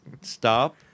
stop